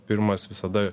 pirmas visada